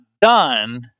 done